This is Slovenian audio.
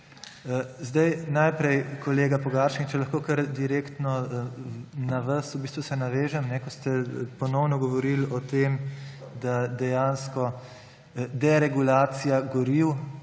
Najprej, kolega Pogačnik, če se lahko kar direktno na vas navežem, ko ste ponovno govorili o tem, da dejansko deregulacija goriv